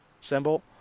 symbol